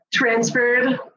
Transferred